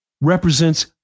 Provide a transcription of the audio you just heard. represents